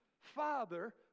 Father